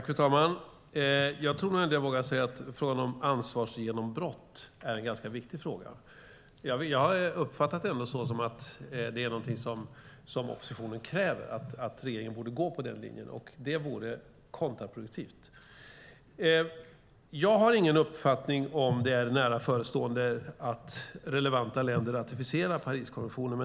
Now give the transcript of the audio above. Fru talman! Jag tror nog ändå att jag vågar säga att frågan om ansvarsgenombrott är en ganska viktig fråga. Jag har uppfattat det som att det är någonting oppositionen kräver, alltså att regeringen borde gå på den linjen. Men det vore kontraproduktivt. Jag har ingen uppfattning om huruvida det är nära förestående att relevanta länder ratificerar Pariskonventionen.